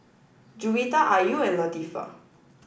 Juwita Ayu and Latifa